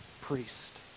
priest